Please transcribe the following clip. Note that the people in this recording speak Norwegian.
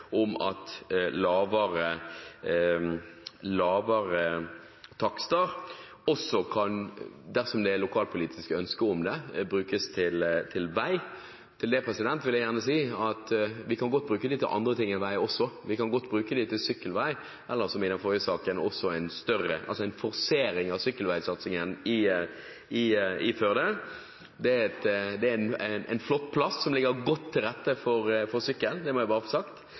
om at muligheten lavere takster gir, også kan utnyttes til vei dersom det er lokalpolitisk ønske om det. Til det vil jeg gjerne si at de kan godt bruke pengene til andre ting enn vei også. De kan godt bruke dem til sykkelvei, til en forsering av sykkelveisatsingen i Førde – det er en flott plass, som ligger godt til rette for sykkel, det må jeg bare få sagt